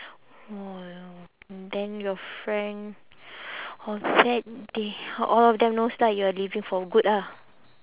orh then your friend of that they all of them knows lah you are leaving for good ah